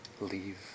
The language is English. Leave